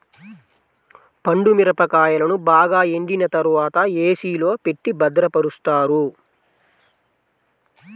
పండు మిరపకాయలను బాగా ఎండిన తర్వాత ఏ.సీ లో పెట్టి భద్రపరుస్తారు